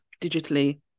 digitally